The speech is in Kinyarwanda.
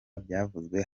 byavuzwe